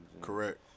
Correct